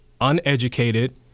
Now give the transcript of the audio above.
uneducated